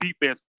defense